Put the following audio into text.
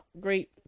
great